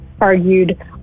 argued